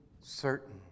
certain